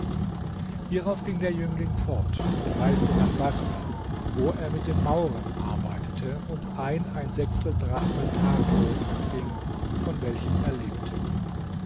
hierauf ging der jüngling fort und reiste nach baßrah wo er mit den maurern arbeitete und drachmen taglohn empfing von welchem er lebte